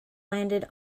landed